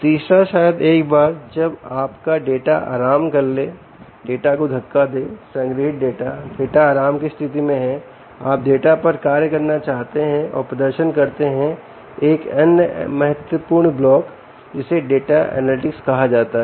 तीसरा शायद एक बार जब आपका डाटा आराम कर लें डाटा को धक्का दें संग्रहीत डाटा डाटा आराम की स्थिति में है आप डाटा पर कार्य करना चाहते हैं और प्रदर्शन करते हैं एक अन्य महत्वपूर्ण ब्लॉक जिसे डाटा एनालिटिक्स कहा जाता है